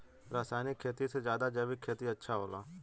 रासायनिक खेती से ज्यादा जैविक खेती अच्छा होला